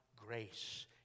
grace